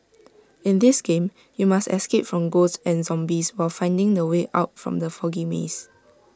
in this game you must escape from ghosts and zombies while finding the way out from the foggy maze